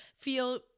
feel